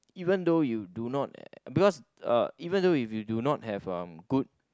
even though you do not uh because even though if you do not have a good